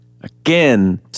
Again